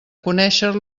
conéixer